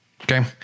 Okay